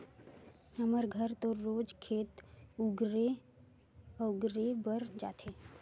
हमर घर तो रोज खेत अगुरे बर जाथे